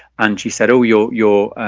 and she said oh you're you're